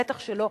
בטח שלא.